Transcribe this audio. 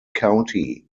county